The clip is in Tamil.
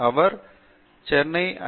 அவர் சென்னை ஐ